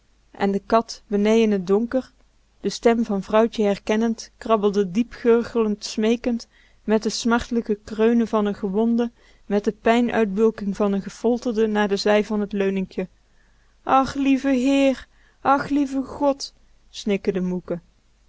en de kat benee in t donker de stem van vrouwtje herkennend krabbelde diep gurglend smeekend met de smartlijke kreunen van n gewonde met de pijn uitbulking van n gefolterde naar de zij van t leuninkje ach lieve heer ach lieve god snikkerde moeke